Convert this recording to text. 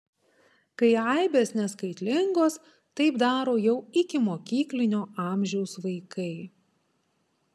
kai aibės neskaitlingos taip daro jau ikimokyklinio amžiaus vaikai